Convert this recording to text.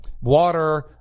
water